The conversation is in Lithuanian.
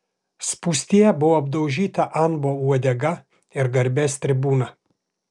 spūstyje buvo aplaužyta anbo uodega ir garbės tribūna